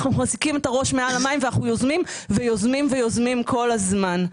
אנחנו מחזיקים את הראש מעל המים ואנחנו יוזמים ויוזמים ויוזמים כל הזמן.